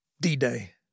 D-Day